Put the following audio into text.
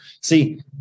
See